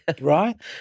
right